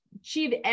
achieve